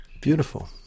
Beautiful